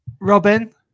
Robin